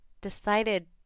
decided